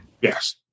Yes